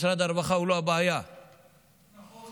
משרד הרווחה הוא לא הבעיה, נכון.